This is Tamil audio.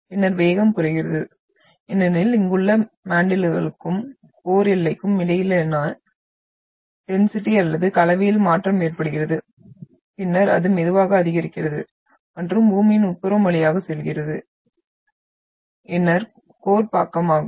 பின்னர் வேகம் குறைகிறது ஏனெனில் இங்குள்ள மேன்டிலுக்கும் கோர் எல்லைக்கும் இடையிலான டென்சிட்டி அல்லது கலவையில் மாற்றம் ஏற்படுகிறது பின்னர் அது மெதுவாக அதிகரிக்கிறது மற்றும் பூமியின் உட்புறம் வழியாக செல்கிறது இந்நர் கோர் பக்கமாகும்